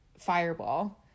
fireball